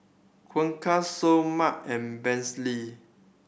Seoul Mart and